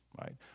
right